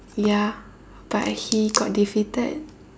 ya but he got defeated